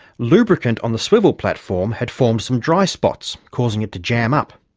lubricant on the swivel platform had formed some dry spots, causing it to jam up.